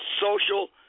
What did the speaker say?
social